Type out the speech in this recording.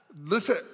listen